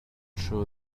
sure